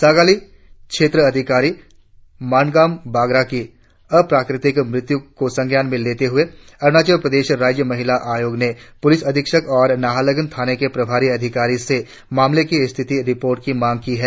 सागाली क्षेत्र अधिकारी मार्नगाम बागरा की अप्राकृतिक मृत्यु को संज्ञान में लेते हुए अरुणाचल प्रदेश राज्य महिला आयोग ने पूलिस अधीक्षक और नाहरलगुन थाने के प्रभारी अधिकारी से मामले की स्थिति रिपोर्ट की मांग की है